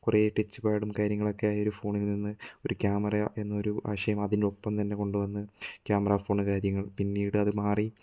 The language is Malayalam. കുറെ ടച്ച് പാഡും കാര്യങ്ങളുമൊക്കെയായ ഒരു ഫോണിൽ നിന്നും ഒരു ക്യാമറ എന്ന ഒരു ആശയം അതിനൊപ്പം തന്നെ കൊണ്ട് വന്ന് ക്യാമറ ഫോൺ കാര്യങ്ങള് പിന്നീട് അത് മാറി